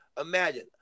imagine